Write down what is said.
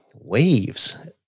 waves